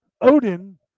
Odin